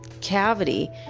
cavity